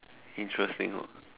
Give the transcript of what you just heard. interesting orh